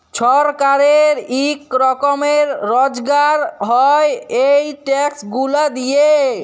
ছরকারের ইক রকমের রজগার হ্যয় ই ট্যাক্স গুলা দিঁয়ে